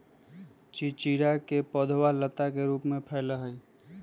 चिचिंडा के पौधवा लता के रूप में फैला हई